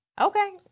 Okay